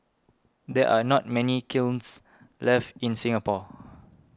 there are not many kilns left in Singapore